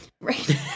Right